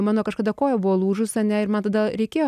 mano kažkada koja buvo lūžus ane ir man tada reikėjo